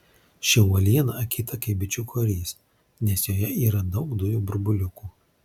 ši uoliena akyta kaip bičių korys nes joje yra daug dujų burbuliukų